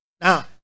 now